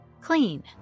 Clean